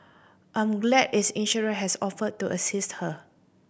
I'm glad its insurer has offered to assist her